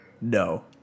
no